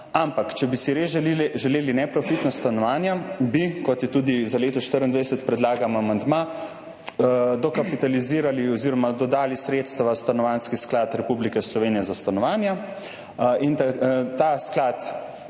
ampak če bi si res želeli neprofitna stanovanja, bi, kot je tudi za leto 2024 predlagan amandma, dokapitalizirali oziroma dodali sredstva v Stanovanjski sklad Republike Slovenije za stanovanja. Ta sklad